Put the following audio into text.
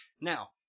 Now